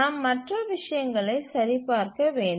நாம் மற்ற விஷயங்களை சரிபார்க்க வேண்டும்